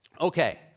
Okay